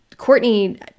Courtney